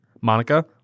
Monica